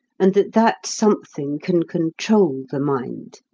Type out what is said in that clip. and that that something can control the mind.